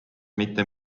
mitte